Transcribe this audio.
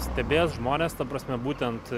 stebės žmones ta prasme būtent